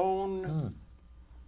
own